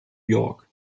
york